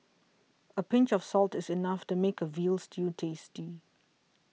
a pinch of salt is enough to make a Veal Stew tasty